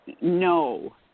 No